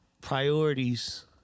priorities